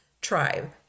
tribe